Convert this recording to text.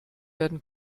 werden